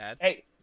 Hey